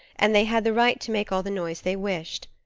and they had the right to make all the noise they wished.